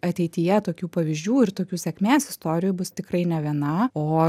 ateityje tokių pavyzdžių ir tokių sėkmės istorijų bus tikrai ne viena o